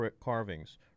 carvings